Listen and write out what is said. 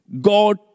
God